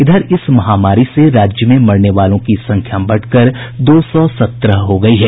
इधर इस महामारी से राज्य में मरने वालों की संख्या बढ़कर दो सौ सत्रह हो गयी है